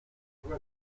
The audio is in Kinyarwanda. nguwo